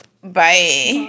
Bye